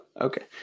Okay